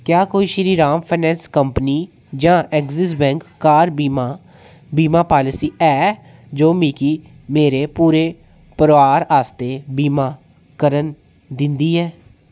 क्या कोई Shriram finance company जां ऐक्सिस बैंक कार बीमा बीमा पालसी है जो मिगी मेरे पूरे परोआर आस्तै बीमा करन दिंदी ऐ